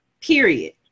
period